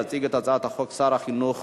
יציג את הצעת החוק שר החינוך